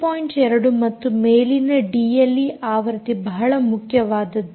2 ಮತ್ತು ಮೇಲಿನ ಡಿಎಲ್ಈ ಆವೃತ್ತಿ ಬಹಳ ಮುಖ್ಯವಾದದ್ದು